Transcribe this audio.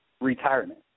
retirement